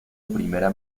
primera